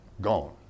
Gone